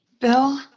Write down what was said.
Bill